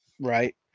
Right